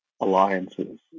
alliances